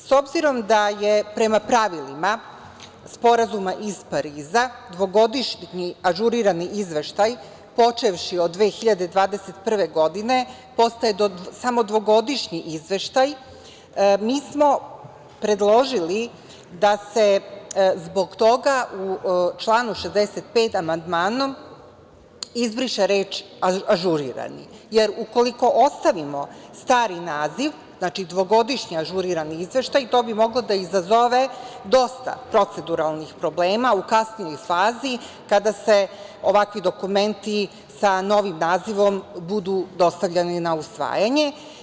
S obzirom da je prema pravilima Sporazuma iz Pariza dvogodišnji ažurirani izveštaj počevši od 2021. godine, postaje samo dvogodišnji izveštaj, mi smo predložili da se zbog toga u članu 65. amandmanom izbriše reč „ažurirani“, jer ukoliko ostavimo stari naziv, znači, Dvogodišnji ažurirani izveštaj, to bi moglo da izazove dosta proceduralnih problema u kasnijoj fazi kada se ovakvi dokumenti sa novim nazivom budu dostavljani na usvajanje.